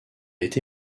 été